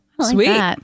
Sweet